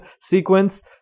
sequence